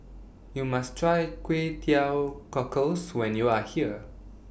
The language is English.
YOU must Try Kway Teow Cockles when YOU Are here